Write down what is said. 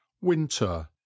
Winter